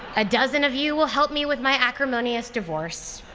a dozen of you will help me with my acrimonious divorce.